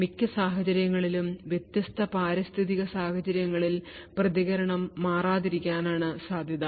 മിക്ക സാഹചര്യങ്ങളിലും വ്യത്യസ്ത പാരിസ്ഥിതിക സാഹചര്യങ്ങളിൽ പ്രതികരണം മാറാതിരിക്കാനാണ് സാധ്യത